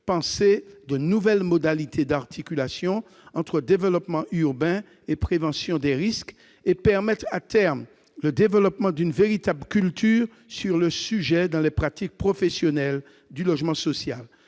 penser de nouvelles modalités d'articulation entre développement urbain et prévention des risques et permettre, à terme, le développement d'une véritable culture sur le sujet dans les pratiques professionnelles du logement social.